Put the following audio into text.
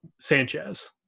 Sanchez